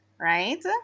right